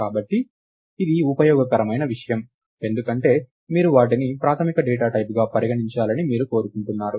కాబట్టి ఇది ఉపయోగకరమైన విషయం ఎందుకంటే మీరు వాటిని ప్రాథమిక డేటా టైప్లుగా పరిగణించాలని మీరు కోరుకుంటున్నారు